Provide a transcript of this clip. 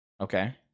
Okay